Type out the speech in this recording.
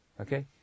Okay